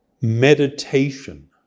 meditation